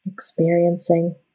Experiencing